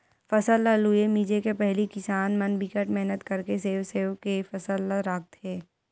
फसल ल लूए मिजे के पहिली किसान मन बिकट मेहनत करके सेव सेव के फसल ल राखथे